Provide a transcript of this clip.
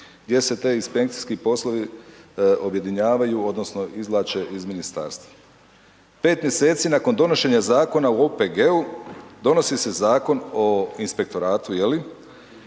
gdje se ti inspekcijski poslovi objedinjavaju odnosno izvlače iz ministarstva. 5 mjeseci nakon donošenja zakona o OPG-u donosi se zakon o inspektoratu je li,